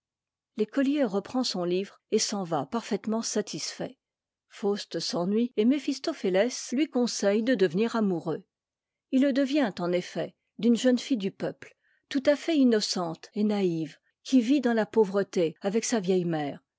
l'écolier reprend son livre et s'en va parfaitement satisfait faust s'ennuie et méphistophéiès lui conseille de devenir amoureux h le devient en effet d'une jeune fille du peuple tout à fait innocente et naïve qui vit dans la pauvreté'avee sa vieille mère